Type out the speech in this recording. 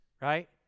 right